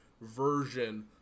version